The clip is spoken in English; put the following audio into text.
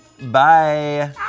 Bye